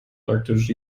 praktisch